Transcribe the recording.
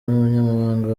n’umunyamabanga